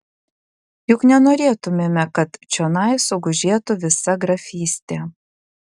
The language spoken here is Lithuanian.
juk nenorėtumėme kad čionai sugužėtų visa grafystė